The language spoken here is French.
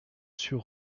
sur